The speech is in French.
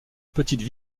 petites